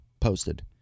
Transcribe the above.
posted